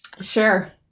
Sure